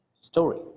story